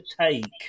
take